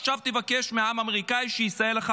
ועכשיו תבקש מהעם האמריקאי שיסייע לך